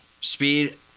Speed